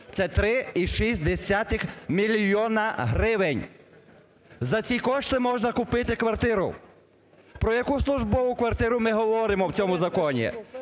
це 3,6 мільйона гривень. За ці кошти можна купити квартиру, про яку службову квартиру ми говоримо в цьому законі,